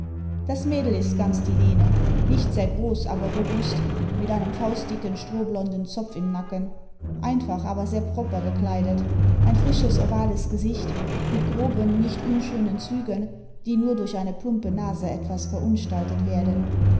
das mädel ist ganz die lene nicht sehr groß aber robust mit einem faustdicken strohblonden zopf im nacken einfach aber sehr propre gekleidet ein frisches ovales gesicht mit groben nicht unschönen zügen die nur durch eine plumpe nase etwas verunstaltet werden